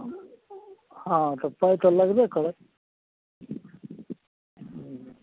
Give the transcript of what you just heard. हँ तऽ पाइ तऽ लगबे करत हूँ